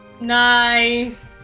Nice